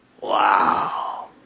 Wow